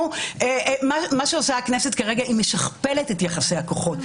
מה שעושה הכנסת כרגע זה שהיא משכפלת את יחסי הכוחות.